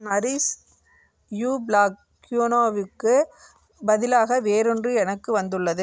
nourish You black குயினோவுக்கு பதிலாக வேறொன்று எனக்கு வந்துள்ளது